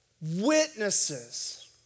witnesses